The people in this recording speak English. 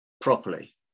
properly